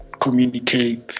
communicate